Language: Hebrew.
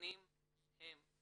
נאמנים הם".